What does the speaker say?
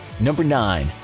number nine.